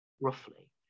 roughly